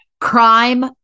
crime